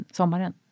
sommaren